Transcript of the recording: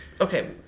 okay